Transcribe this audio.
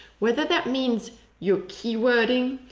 whether that means your keywording,